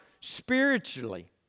spiritually